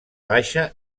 baixa